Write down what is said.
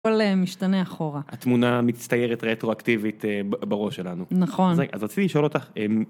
משתנה אחורה. התמונה מצטיירת רטרואקטיבית בראש שלנו. נכון. אז רציתי לשאול אותך